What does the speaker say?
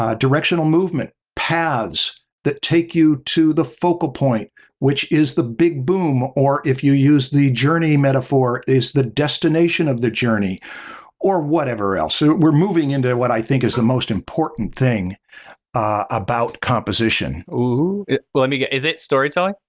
ah directional movement, paths that take you to the focal point which is the big boom or if you use the journey metaphor, is the destination of the journey or whatever else. we're moving into what i think is the most important thing about composition. stan uh-uhh. but let me guess, is it storytelling?